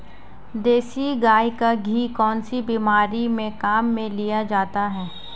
देसी गाय का घी कौनसी बीमारी में काम में लिया जाता है?